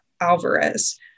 Alvarez